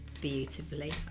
beautifully